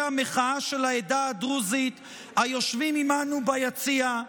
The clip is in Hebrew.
המחאה של העדה הדרוזית היושבים עימנו ביציע,